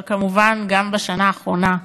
אבל כמובן גם בשנה האחרונה: